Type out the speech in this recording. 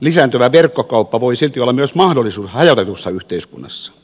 lisääntyvä verkkokauppa voi silti olla myös mahdollisuus hajautetussa yhteiskunnassa